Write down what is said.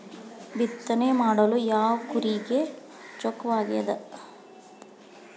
ಬಿತ್ತನೆ ಮಾಡಲು ಯಾವ ಕೂರಿಗೆ ಚೊಕ್ಕವಾಗಿದೆ?